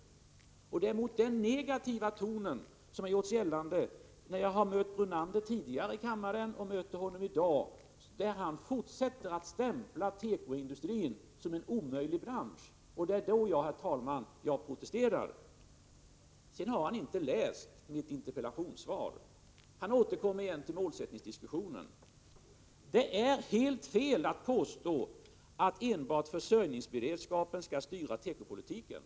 Jag protesterar, herr talman, mot den negativa ton som kommit till uttryck när jag mött Brunander tidigare i kammaren och när jag möter honom i dag, då han fortsätter att stämpla tekoindustrin som en omöjlig bransch. Brunander har inte läst mitt interpellationssvar, och han återkommer till målsättningsdiskussionen. Det är helt fel att påstå att enbart försörjningsberedskapen skall styra tekopolitiken.